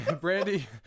Brandy